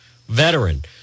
veteran